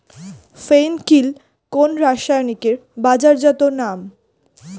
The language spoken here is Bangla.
ফেন কিল কোন রাসায়নিকের বাজারজাত নাম?